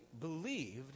believed